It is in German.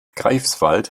greifswald